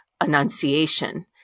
Annunciation